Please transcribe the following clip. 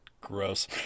gross